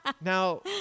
Now